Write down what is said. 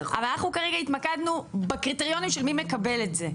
אבל אנחנו כרגע התמקדנו בקריטריונים של מי מקבל את זה.